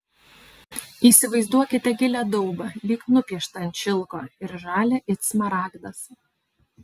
įsivaizduokite gilią daubą lyg nupieštą ant šilko ir žalią it smaragdas